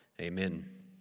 Amen